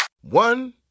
One